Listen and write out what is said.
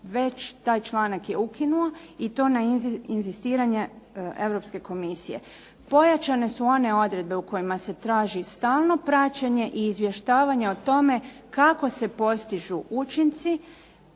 već taj članak je ukinuo i to na inzistiranje Europske komisije. Pojačane su one odredbe u kojima se traži stalno praćenje i izvještavanje o tome kako se postižu učinci